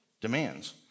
demands